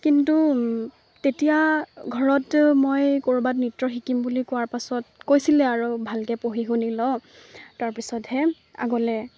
কিন্তু তেতিয়া ঘৰত মই ক'ৰবাত নৃত্য শিকিম বুলি কোৱাৰ পাছত কৈছিলে আৰু ভালকৈ পঢ়ি শুনি ল তাৰপিছতহে আগলৈ